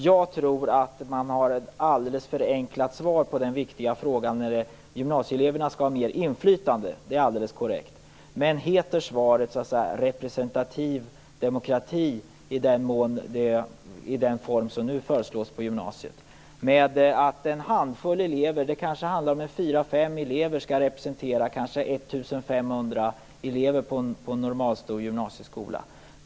Jag tror att man har ett alldeles för enkelt svar på den viktiga frågan. Gymnasieeleverna skall få större inflytande - det är alldeles korrekt - men är svaret representativ demokrati i den form som nu förslås för gymnasiet? En handfull elever - det kanske handlar om fyra fem elever - skall representera 1 500 elever på en normalstor gymnasieskola.